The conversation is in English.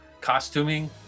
costuming